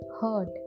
hurt